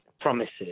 promises